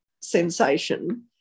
sensation